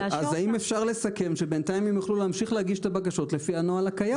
האם אפשר לסכם שבינתיים הם יוכלו להגיש את הבקשות לפי הנוהל הקיים?